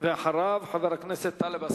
ואחריו, את חבר הכנסת טלב אלסאנע.